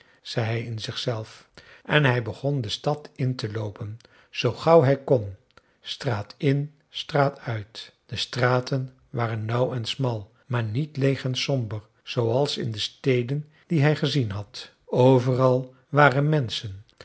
hij in zichzelf en hij begon de stad in te loopen zoo gauw hij kon straat in straat uit de straten waren nauw en smal maar niet leeg en somber zooals in de steden die hij gezien had overal waren menschen